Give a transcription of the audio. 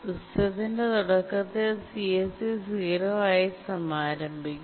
സിസ്റ്റത്തിന്റെ തുടക്കത്തിൽ CSC 0 ആയി സമാരംഭിക്കും